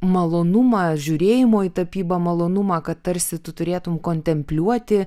malonumą žiūrėjimo į tapybą malonumą kad tarsi tu turėtum kontempliuoti